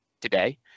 Today